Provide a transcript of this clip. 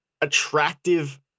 attractive